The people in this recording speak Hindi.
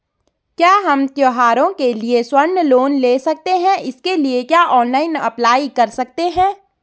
क्या हम त्यौहारों के लिए स्वर्ण लोन ले सकते हैं इसके लिए क्या ऑनलाइन अप्लाई कर सकते हैं?